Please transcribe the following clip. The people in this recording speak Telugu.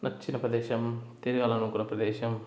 నచ్చిన ప్రదేశం తిరగాలి అనుకున్న ప్రదేశం